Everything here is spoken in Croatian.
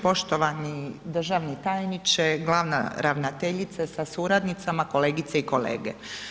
Poštovani državni tajnice, glavna ravnateljice sa suradnicama, kolegice i kolege.